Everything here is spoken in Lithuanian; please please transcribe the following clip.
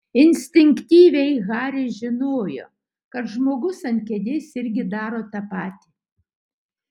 instinktyviai haris žinojo kad žmogus ant kėdės irgi daro tą patį